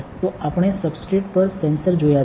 તો આપણે સબસ્ટ્રેટ પર સેન્સર જોયા છે